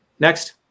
Next